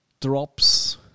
drops